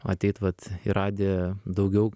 ateit vat į radiją daugiau